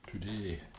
today